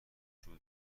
جور